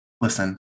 listen